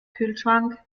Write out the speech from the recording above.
kühlschrank